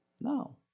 No